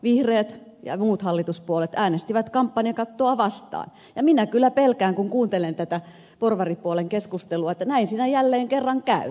vihreät ja muut hallituspuolueet äänestivät kampanjakattoa vastaan ja minä kyllä pelkään kun kuuntelen tätä porvaripuolen keskustelua että näin siinä jälleen kerran käy